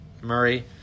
Murray